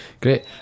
Great